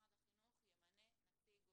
שמשרד החינוך ימנה נציג הורים.